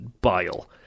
bile